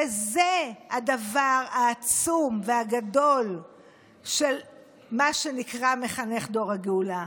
וזה הדבר העצום והגדול של מה שנקרא מחנך דור הגאולה.